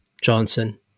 Johnson